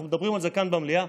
אנחנו מדברים על זה כאן במליאה.